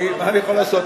מה אני יכול לעשות,